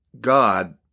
God